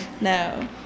No